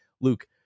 Luke